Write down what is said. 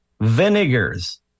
vinegars